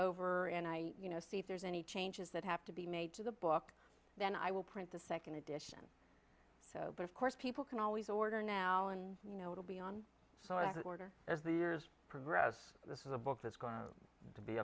over and i you know see if there's any changes that have to be made to the book then i will print the second edition so but of course people can always order now and you know it'll be on order as the years progress this is a book that's going to be